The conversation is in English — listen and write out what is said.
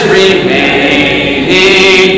remaining